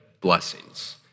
blessings